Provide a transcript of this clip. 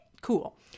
cool